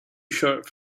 short